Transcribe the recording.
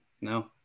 no